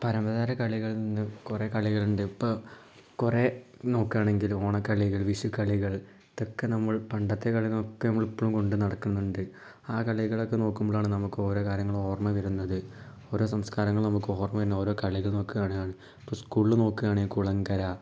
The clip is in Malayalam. പരമ്പരാഗത കളികളിൽ നിന്ന് കുറെ കളികളുണ്ട് ഇപ്പോൾ കുറെ നോക്കാണെങ്കിൽ ഓണക്കളികൾ വിഷുക്കളികൾ ഇതൊക്കെ നമ്മൾ പണ്ടത്തെ കളിന്നൊക്കെ നമ്മൾ ഇപ്പോഴും കൊണ്ടു നടക്കുന്നുണ്ട് ആ കളികളൊക്കെ നോക്കുമ്പളാണ് നമുക്ക് ഓരോ കാര്യങ്ങളും ഓർമ്മ വരുന്നത് ഓരോ സംസ്കാരങ്ങൾ നമുക്ക് ഓർമ്മ വരുന്ന ഓരോ കളികൾ നോക്കെയാണേൽ ആണേ ഇപ്പോൾ സ്കൂളിൽ നോക്കയാണേൽ കുളം കര